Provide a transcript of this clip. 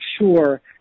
sure